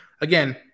again